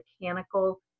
mechanical